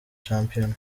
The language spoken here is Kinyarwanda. shampiyona